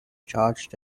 charged